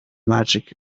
magic